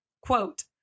quote